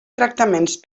tractaments